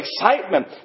excitement